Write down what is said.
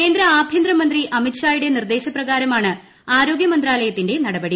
കേന്ദ്ര ആഭ്യന്തര മന്ത്രി അമിത്ഷായുടെ നിർദ്ദേശപ്രകാരമാണ് ആരോഗ്യമന്ത്രാലയത്തിന്റെ നടപടി